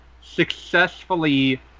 successfully